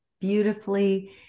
Beautifully